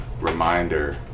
reminder